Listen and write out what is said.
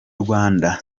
rwanda